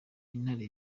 intare